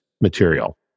material